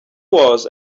was